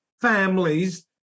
families